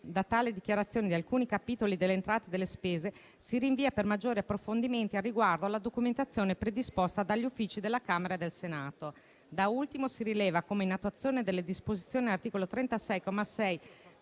da tale dichiarazione di alcuni capitoli delle entrate e delle spese, si rinvia per maggiori approfondimenti al riguardo alla documentazione predisposta dagli uffici della Camera e del Senato. Da ultimo, si rileva come, in attuazione delle disposizioni dell'articolo 36,